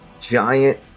giant